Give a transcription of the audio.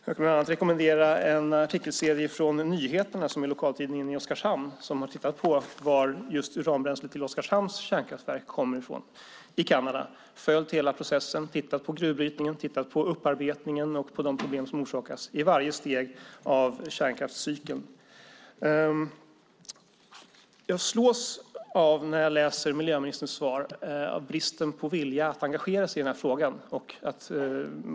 Jag kan bland annat rekommendera en artikelserie från Nyheterna, som är lokaltidningen i Oskarshamn som har tittat på varifrån i Kanada uranbränslet till Oskarshamns kärnkraftverk kommer. Man har följt hela processen, tittat på gruvbrytningen, tittat på upparbetningen och de problem som orsakas i varje steg av kärnkraftscykeln. När jag läser miljöministerns svar slås jag av bristen på vilja att engagera sig i den här frågan.